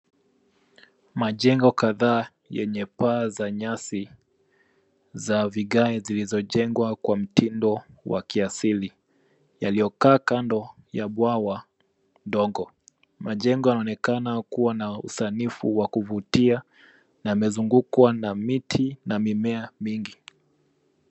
Majengo kadhaa yenye paa za nyasi za vigae zilizojengwa kwa mtindo wa kiasili yaliyokaa kando ya bwawa ndogo. Majengo yanaonekana kuwa na usanifu wa kuvutia na yamezungukwa na miti na mimea mingi.